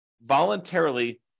voluntarily